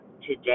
today